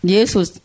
Jesus